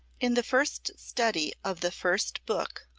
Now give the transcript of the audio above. in the first study of the first book,